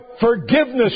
forgiveness